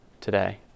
today